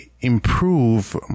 improve